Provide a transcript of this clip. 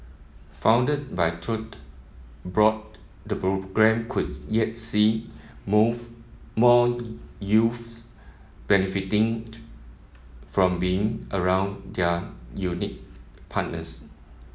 funded by Tote Board the programme could yet see move more benefiting from being around their unique partners